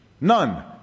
none